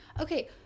okay